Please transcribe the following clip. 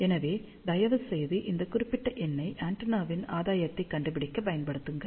எனவே தயவுசெய்து இந்த குறிப்பிட்ட எண்ணை ஆண்டெனாவின் ஆதாயத்தைக் கண்டுபிடிக்கப் பயன்படுத்துங்கள்